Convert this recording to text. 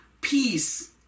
peace